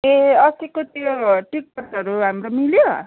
ए अस्तिको त्यो टिकटहरू हाम्रो मिल्यो